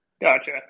gotcha